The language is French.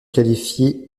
qualifié